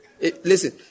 listen